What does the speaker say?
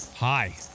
Hi